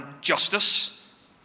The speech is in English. justice